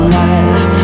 life